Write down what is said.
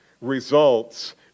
results